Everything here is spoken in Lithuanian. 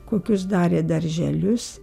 kokius darė darželius